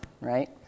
right